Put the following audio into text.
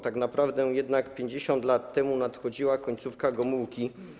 Tak naprawdę jednak 50 lat temu nadchodziła końcówka władzy Gomułki.